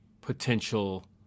potential